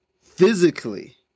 physically